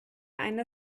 eine